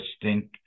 distinct